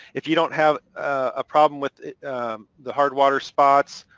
if you don't have a problem with the hard water spots